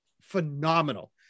phenomenal